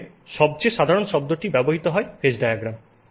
তবে সবচেয়ে সাধারণ শব্দটি ব্যবহৃত হয় ফেজ ডায়াগ্রাম